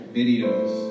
videos